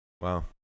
Wow